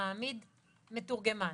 מעמיד מתורגמן.